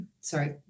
sorry